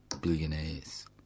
billionaires